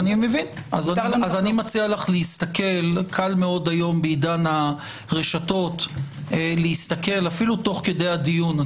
קל מאוד היום בעידן הרשתות להסתכל אף תוך כדי הדיון.